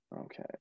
okay